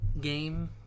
game